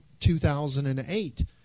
2008